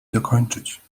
dokończyć